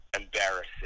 embarrassing